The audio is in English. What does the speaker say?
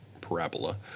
parabola